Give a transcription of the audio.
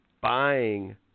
buying